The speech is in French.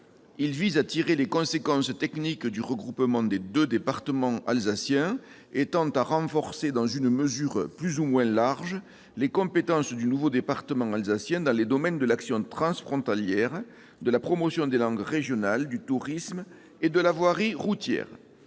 Il vise à tirer les conséquences techniques du regroupement des deux départements alsaciens et tend à renforcer, dans une mesure plus ou moins large, les compétences du nouveau département alsacien dans les domaines de l'action transfrontalière, de la promotion des langues régionales, du tourisme et de la voirie routière.